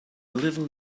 little